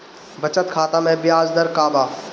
बचत खाता मे ब्याज दर का बा?